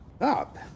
up